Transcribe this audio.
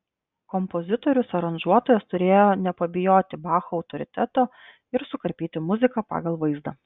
kompozitorius aranžuotojas turėjo nepabijoti bacho autoriteto ir sukarpyti muziką pagal vaizdą